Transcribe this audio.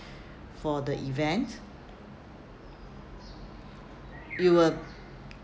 for the event you will